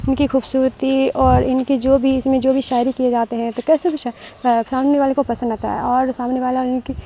ان کی کھوبصورتی اور ان کی جو بھی اس میں جو بھی شاعری کیے جاتے ہیں تو کیسے سامنے والے کو پسند آتا ہے اور سامنے والا ان کی